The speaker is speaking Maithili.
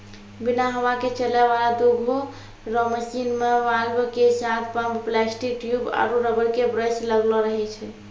बिना हवा के चलै वाला दुधो रो मशीन मे वाल्व के साथ पम्प प्लास्टिक ट्यूब आरु रबर के ब्रस लगलो रहै छै